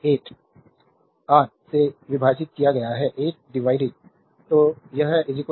8 R से विभाजित किया गया है 8 divided